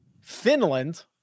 Finland